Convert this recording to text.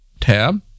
tab